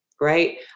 right